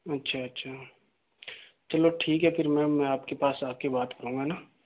अच्छा अच्छा चलो ठीक है फिर मेम में आपके पास आ कर बात करूंगा न